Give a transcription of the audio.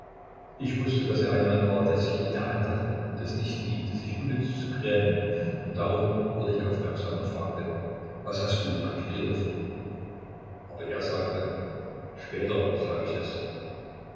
ich wußte daß er ein mann war der sich in der hand hatte und es nicht liebte sich unnütz zu grämen und darum wurde ich aufmerksam und fragte was hast du luka kirillow aber er sagt später sage ich es